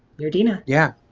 you're dina. yeah